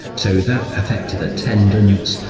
so that affected attendance,